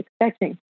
expecting